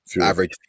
average